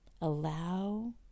Allow